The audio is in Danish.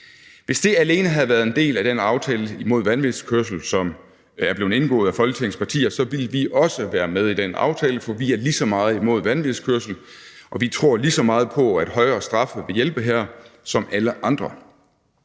Hvis det alene havde været en del af den aftale mod vanvidskørsel, som var blevet indgået af Folketingets partier, ville vi også have været med i den aftale, for vi er lige så meget imod vanvidskørsel, og vi tror lige så meget på, at højere straffe vil hjælpe her, som alle andre.